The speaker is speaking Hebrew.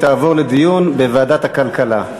והיא תעבור לדיון בוועדת הכלכלה.